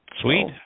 Sweet